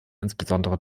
insbesondere